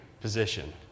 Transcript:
position